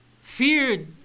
Feared